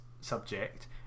subject